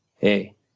hey